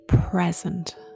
present